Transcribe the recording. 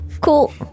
cool